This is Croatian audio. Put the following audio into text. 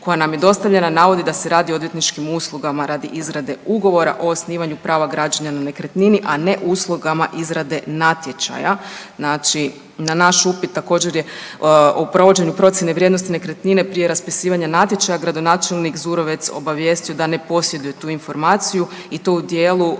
koja je dostavljena, navodi da se radi o odvjetničkim uslugama radi izradi ugovora o osnivanju prava građenja na nekretnini, a ne uslugama izrade natječaja, znači, na naš upit također, je o provođenju procjene vrijednosti nekretnine prije raspisivanja natječaja, gradonačelnik Zurovec obavijestio da ne posjeduje tu informaciju i to u dijelu,